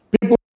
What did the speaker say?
People